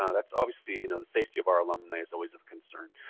that's obviously you know the safety of our alumni is always of concern.